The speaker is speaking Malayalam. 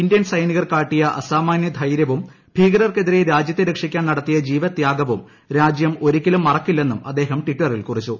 ഇന്ത്യൻ സൈനികർ കാട്ടിയ അസാമാന്യ ധൈര്യവും ഭീകരർക്കെതിരെ രാജ്യത്തെ രക്ഷിക്കാൻ നടത്തിയ ജീവത്യാഗവും രാജ്യം ഒരിക്കലും മറക്കില്ലെന്നും അദ്ദേഹം ടിറ്ററിൽ കുറിച്ചു